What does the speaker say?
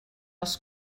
els